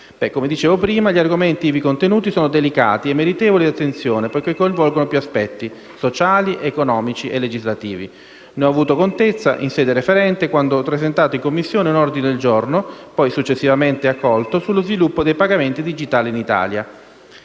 Come dicevo prima, gli argomenti ivi contenuti, sono delicati e meritevoli di attenzione poiché coinvolgono più aspetti: sociali, economici e legislativi. Ne ho avuto contezza, in sede referente, quando ho presentato in Commissione un ordine del giorno - successivamente accolto - sullo sviluppo dei pagamenti digitali in Italia.